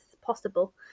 possible